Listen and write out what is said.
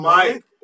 Mike